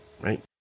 right